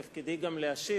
בוודאי מתפקידי גם להשיב.